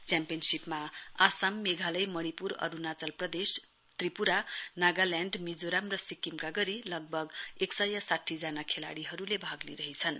च्याम्पियनशीपमा आसाम मेघालय मणिपुर अरूणाचल प्रदेश त्रिपुरा नागाल्याण्ड मिजोराम र सिक्किमका गरी लगभग एक सय साठीजना खेलाड़ीहरूले भाग लिइरहेछन्